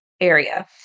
area